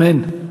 אמן.